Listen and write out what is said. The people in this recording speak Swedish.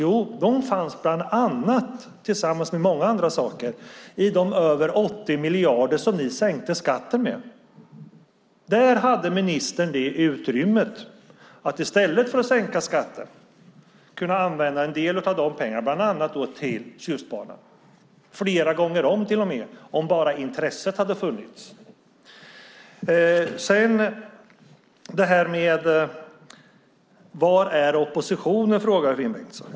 Jo, de fanns bland annat, tillsammans med många andra saker, i de över 80 miljarder som ni sänkte skatten med. Där hade ministern det utrymmet. I stället för att sänka skatten skulle man ha kunnat använda en del av de pengarna bland annat till Tjustbanan, flera gånger om till och med, om bara intresset hade funnits. Var är oppositionen? frågar Finn Bengtsson.